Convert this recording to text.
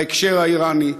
בהקשר האיראני,